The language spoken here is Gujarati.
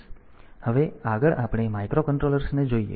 હવે આગળ આપણે માઇક્રોકન્ટ્રોલર્સ ને જોઈએ